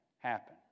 happen